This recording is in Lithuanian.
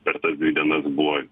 per tas dvi dienas buvo